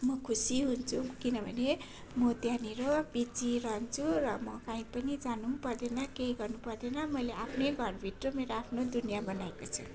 म खुसी हुन्छु किनभने म त्यहाँनिर बिजी रहन्छु र म काहीँ पनि जान पनि पर्दैन केही गर्नु पर्दैन मैले आफ्नै घरभित्र मेरो आफ्नो दुनियाँ बनाएको छु